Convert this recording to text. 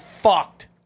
fucked